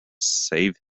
save